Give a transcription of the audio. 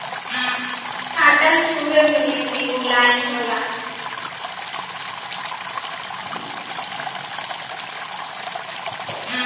cotton छुवे मे भी मुलायम होला